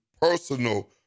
personal